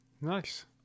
nice